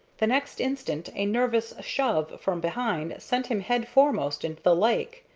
the next instant a nervous shove from behind sent him headforemost into the lake.